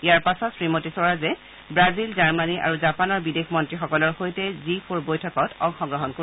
ইয়াৰ পাছত শ্ৰীমতী স্বৰাজে Brazil Germany আৰু জাপানৰ বিদেশ মন্ত্ৰীসকলৰ সৈতে জি ফ'ৰ বৈঠকত অংশগ্ৰহণ কৰিব